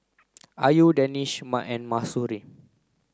Ayu Danish and Mahsuri